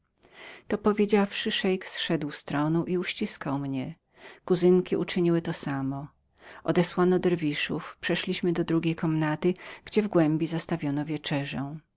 to powiedziawszy szeik zszedł z tronu i uściskał mnie kuzynki to samo uczyniły odesłano derwiszów przeszliśmy do drugiej komnaty gdzie w głębi zastawiono wieczerzę